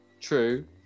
true